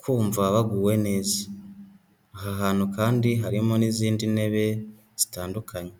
kumva baguwe neza, aha hantu kandi harimo n'izindi ntebe zitandukanye.